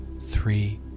three